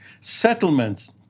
Settlements